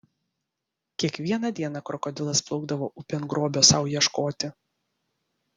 kiekvieną dieną krokodilas plaukdavo upėn grobio sau ieškoti